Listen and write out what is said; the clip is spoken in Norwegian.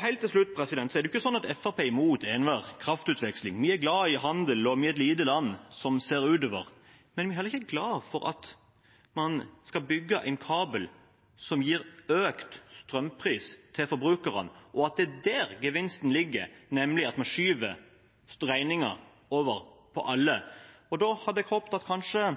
Helt til slutt: Det er jo ikke sånn at Fremskrittspartiet er imot enhver kraftutveksling. Vi er glad i handel, og vi er et lite land som ser utover, men vi er ikke glad for at man skal bygge en kabel som gir økt strømpris til forbrukerne, og at det er der gevinsten ligger, nemlig at man skyver regningen over på alle. Da hadde jeg håpet at kanskje